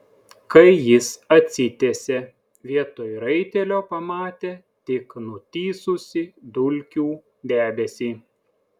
kai jis atsitiesė vietoj raitelio pamatė tik nutįsusį dulkių debesį